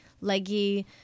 leggy